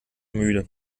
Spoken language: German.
müde